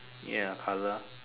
ya colour